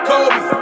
Kobe